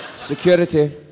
Security